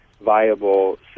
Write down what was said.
viable